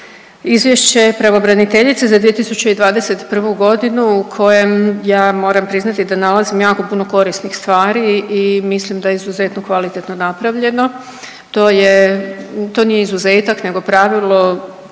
Izvješće pravobraniteljice za 2021. godinu u kojem ja moram priznati da nalazim jako puno korisnih stvari i mislim da je izuzetno kvalitetno napravljeno. To je, to nije izuzetak nego pravilo,